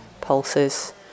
pulses